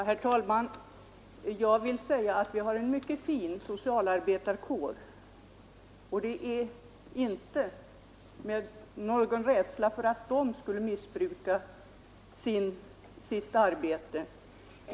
Herr talman! Jag vill understryka att vi har en mycket fin socialarbetarkår, och jag hyser inte någon rädsla för att den skulle missköta sitt arbete.